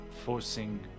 forcing